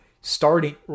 starting